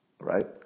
Right